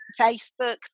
Facebook